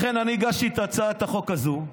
לכן אני הגשתי את הצעת החוק הזו,